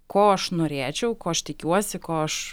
ko aš norėčiau ko aš tikiuosi ko aš